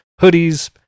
hoodies